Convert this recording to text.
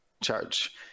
charge